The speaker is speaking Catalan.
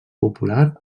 popular